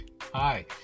Hi